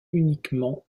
uniquement